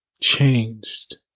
changed